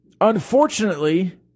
Unfortunately